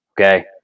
okay